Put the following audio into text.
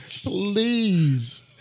please